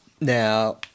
Now